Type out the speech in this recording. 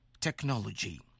technology